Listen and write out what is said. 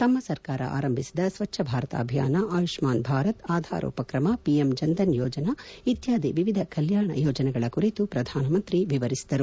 ತಮ್ಮ ಸರ್ಕಾರ ಆರಂಭಿಸಿದ ಸ್ವಚ್ಣಭಾರತ ಅಭಿಯನ ಆಯುಷ್ಟಾನ್ ಭಾರತ್ ಆಧಾರ್ ಉಪಕ್ರಮ ಪಿಎಮ್ ಜನ್ಧನ್ ಯೋಜನಾ ಇತ್ಯಾದಿ ವಿವಿಧ ಕಲ್ಯಾಣ ಯೋಜನೆಗಳ ಕುರಿತು ಪ್ರಧಾನ ಮಂತ್ರಿ ವಿವರಿಸಿದರು